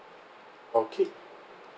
okay